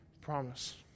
promise